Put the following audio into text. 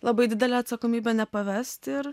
labai didelė atsakomybė nepavest ir